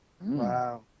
wow